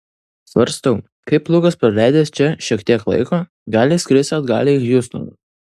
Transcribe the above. svarstau kaip lukas praleidęs čia šiek tiek laiko gali skristi atgal į hjustoną